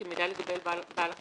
יחיד שהוא בעל שליטה בישות שהיא בעלת